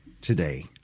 today